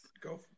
go